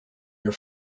your